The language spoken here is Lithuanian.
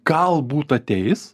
galbūt ateis